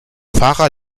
fahrer